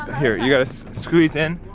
here you gotta squeeze in.